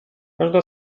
każda